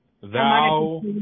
Thou